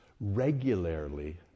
regularly